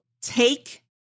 take